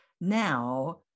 Now